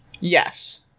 yes